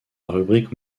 rubrique